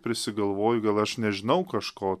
prisigalvoju gal aš nežinau kažko